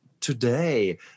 today